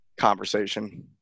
conversation